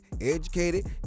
educated